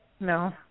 No